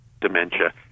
dementia